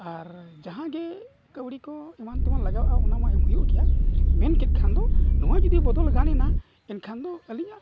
ᱟᱨ ᱡᱟᱦᱟᱸᱜᱮ ᱠᱟᱹᱣᱰᱤ ᱠᱚ ᱮᱢᱟᱱ ᱛᱮᱢᱟᱱ ᱞᱟᱜᱟᱜᱼᱟ ᱚᱱᱟ ᱢᱟ ᱮᱢ ᱦᱩᱭᱩᱜ ᱜᱮᱭᱟ ᱢᱮᱱᱠᱮᱫ ᱠᱷᱟᱱ ᱫᱚ ᱱᱚᱣᱟ ᱡᱩᱫᱤ ᱵᱚᱫᱚᱞ ᱜᱟᱱ ᱮᱱᱟ ᱮᱱᱠᱷᱟᱱ ᱫᱚ ᱟᱹᱞᱤᱧᱟᱜ